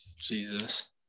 jesus